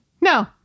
No